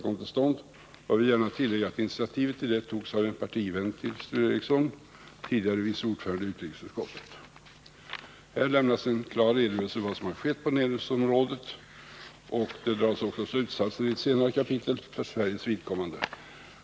Jag vill gärna tillägga att initiativet härtill togs av en partivän till Sture Ericson, tidigare vice ordförande i utrikesutskottet. Här lämnas en klar redovisning av vad som har skett på nedrustningsområdet, och det dras också slutsatser för Sveriges vidkommande i ett senare kapitel.